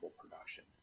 production